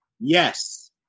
Yes